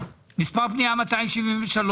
מס' 273